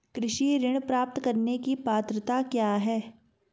कृषि ऋण प्राप्त करने की पात्रता क्या है?